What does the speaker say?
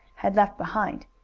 had left behind.